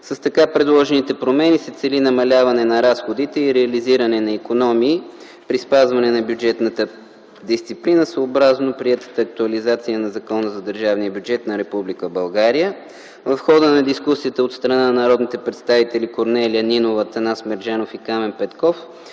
С така предложените промени се цели намаляване на разходите и реализиране на икономии при спазване на бюджетната дисциплина, съобразно приетата актуализация на Закона за държавния бюджет на Република България. В хода на дискусията от страна на народните представители Корнелия Нинова, Атанас Мерджанов и Камен Петков